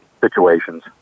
situations